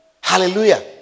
Hallelujah